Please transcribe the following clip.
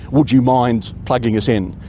would you mind plugging us in?